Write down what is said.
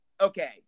okay